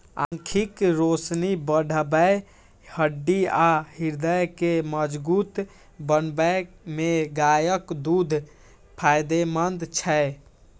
आंखिक रोशनी बढ़बै, हड्डी आ हृदय के मजगूत बनबै मे गायक दूध फायदेमंद छै